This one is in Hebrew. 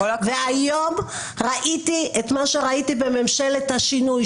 והיום ראיתי את מה שראיתי בממשלת השינוי,